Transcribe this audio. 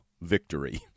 victory